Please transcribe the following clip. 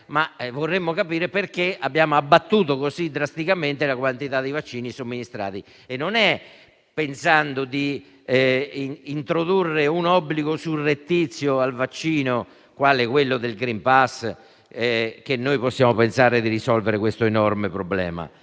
ma vorremmo capire perché abbiamo abbattuto così drasticamente la quantità di vaccini somministrati. E non è pensando di introdurre un obbligo surrettizio al vaccino, quale quello del *green pass*, che possiamo pensare di risolvere questo enorme problema.